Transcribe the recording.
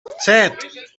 set